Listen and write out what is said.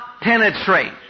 penetrate